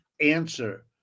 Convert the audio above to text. answer